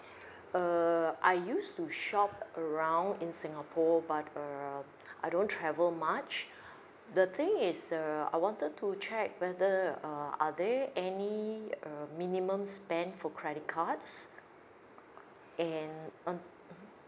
err I used to shop around in singapore but err I don't travel much the thing is uh I wanted to check whether uh are there any uh minimum spend for credit cards and mm mmhmm